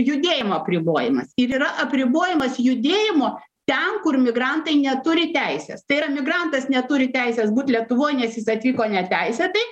judėjimo apribojimas ir yra apribojamas judėjimo ten kur migrantai neturi teisės tai yra migrantas neturi teisės būt lietuvoj nes atvyko neteisėtai